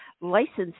licensed